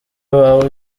wawe